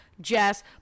Jess